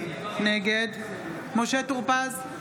נגד משה טור פז,